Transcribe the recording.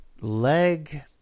leg